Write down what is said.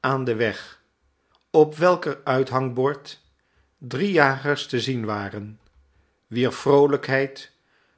aan den weg op welke r uithangbord drie jagers te zien waren wier vroolijkheid